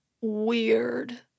weird